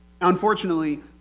Unfortunately